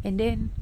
and then